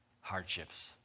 hardships